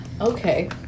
Okay